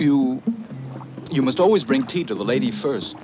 you you must always bring tea to the lady first